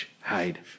hide